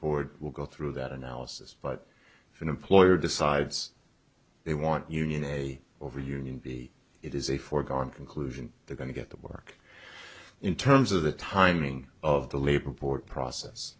board will go through that analysis but if an employer decides they want union a over union b it is a foregone conclusion they're going to get the work in terms of the timing of the labor port process